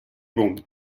bon